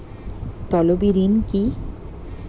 তলবি ঋন কি?